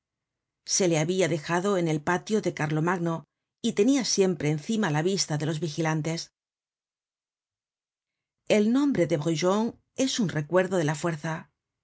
se le habia dejado en el patio de carlomagno y tenia siempre encima la vista de los vigilantes el nombre de brujon es un recuerdo de la fuerza